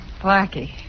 Blackie